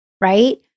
right